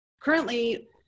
Currently